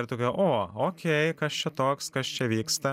ir tokia o okei kas čia toks kas čia vyksta